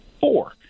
Four